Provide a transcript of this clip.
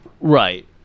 Right